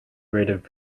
rated